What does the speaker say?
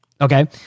okay